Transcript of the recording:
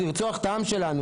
כדי לרצוח את העם שלנו,